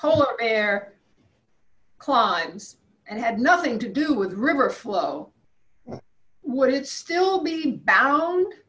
polar bear climbs and had nothing to do with river flow where it still being bound